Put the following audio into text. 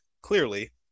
Clearly